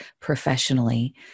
professionally